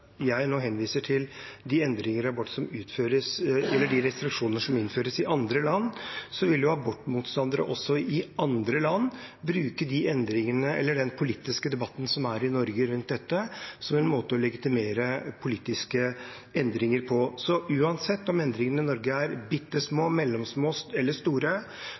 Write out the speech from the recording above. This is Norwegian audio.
jeg nå henviser til de restriksjoner som innføres i andre land, vil abortmotstandere i andre land bruke den politiske debatten som er i Norge om dette, som en måte å legitimere politiske endringer på. Uansett om endringene i Norge er